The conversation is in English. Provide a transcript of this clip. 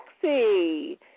sexy